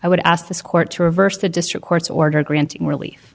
i would ask this court to reverse the district court's order granting relief